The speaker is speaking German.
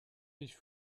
ich